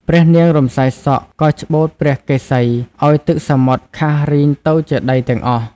ព្រះនាង រំសាយសក់ ក៏ច្បូតព្រះកេសី ឲ្យទឹកសមុទ្រខៈរឹងទៅជាដីទាំងអស់ ។